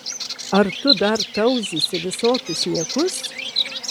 ar tu dar tauzysi visokius niekus